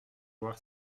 voir